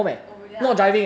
oh really ah